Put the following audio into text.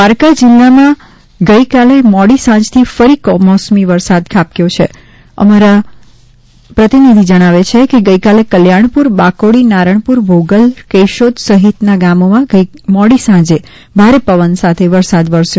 દ્વારકા જિલ્લામાં ગઇકાલે મોડી સાંજથી ફરી કમોસમી વરસાદ ખાબક્યો છિં અમારા પ્રતિનિધિ જણાવે છે કે ગઇકાલે કલ્યાણપુર બાકોડી નારણપુર ભોગલ કેશોદ સહિતના ગામોમાં ગઇકાલે મોડી સાંજે ભારે પવન સાથે વરસાદ વરસ્યો હતો